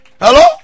Hello